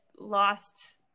lost